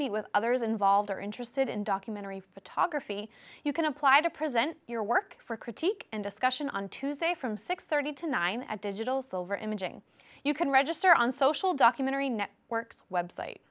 meet with others involved or interested in documentary photography you can apply to present your work for critique and discussion on tuesday from six thirty to nine at digital silver imaging you can register on social documentary net works website